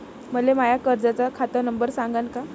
मले माया कर्जाचा खात नंबर सांगान का?